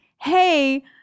hey